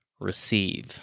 receive